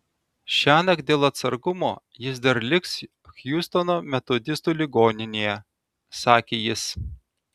šiąnakt dėl atsargumo jis dar liks hjustono metodistų ligoninėje sakė jis